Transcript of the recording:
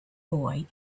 boy